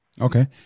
Okay